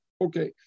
okay